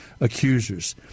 accusers